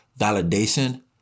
validation